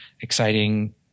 exciting